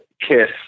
Kiss